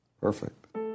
Perfect